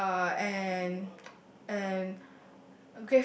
uh and and